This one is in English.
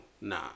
nah